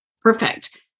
Perfect